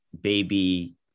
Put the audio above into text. baby